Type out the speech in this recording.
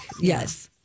Yes